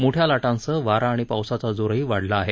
मोठ्या लाटासंह वारा आणि पावसाचा जोरही वाढला आहे